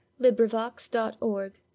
LibriVox.org